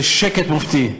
בשקט מופתי,